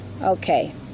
Okay